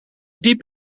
diep